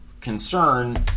concern